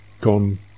gone